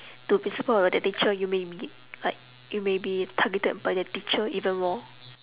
to principal about that teacher you maybe like you maybe targeted by that teacher even more